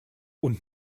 und